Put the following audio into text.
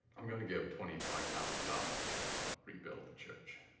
i'm gonna give twenty five thousand dollars to help rebuild the church.